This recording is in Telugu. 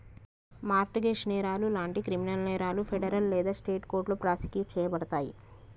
మార్ట్ గేజ్ నేరాలు లాంటి క్రిమినల్ నేరాలు ఫెడరల్ లేదా స్టేట్ కోర్టులో ప్రాసిక్యూట్ చేయబడతయి